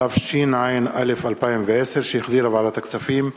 התשע"א 2010, לוועדת הכספים נתקבלה.